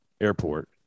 airport